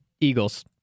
Eagles